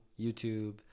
YouTube